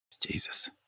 Jesus